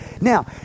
Now